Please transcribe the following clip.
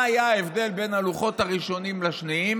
מה היה ההבדל בין הלוחות הראשונים לשניים?